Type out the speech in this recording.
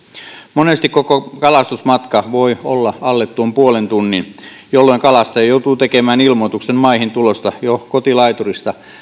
monesti koko kalastusmatka voi olla alle tuon puolen tunnin jolloin kalastaja joutuu tekemään ilmoituksen maihintulosta jo kotilaiturista